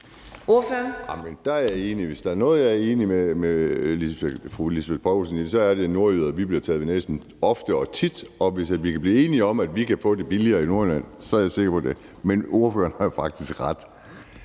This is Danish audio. Hvis der er noget, jeg er enig med fru Lisbeth Bech-Nielsen i, så er det, at vi nordjyder bliver taget ved næsen ofte og tit. Og hvis vi kan blive enige om, at vi kan få det billigere i Nordjylland, så er jeg med på det. Men ordføreren har jo faktisk ret.